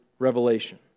revelation